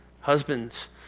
Husbands